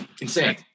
Insane